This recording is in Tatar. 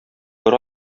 бер